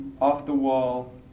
off-the-wall